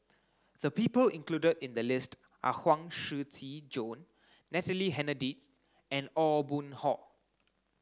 the people included in the list are Huang Shiqi Joan Natalie Hennedige and Aw Boon Haw